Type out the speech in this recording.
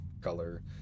color